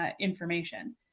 information